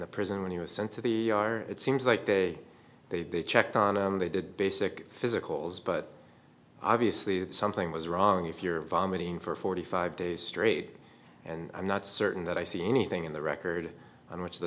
the prison when he was sent to the it seems like they they they checked on him they did basic physicals but obviously something was wrong if you're vomiting for forty five days straight and i'm not certain that i see anything in the record on w